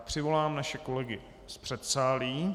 Přivolám naše kolegy z předsálí.